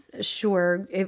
sure